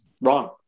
wrong